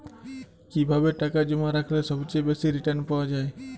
কিভাবে টাকা জমা রাখলে সবচেয়ে বেশি রির্টান পাওয়া য়ায়?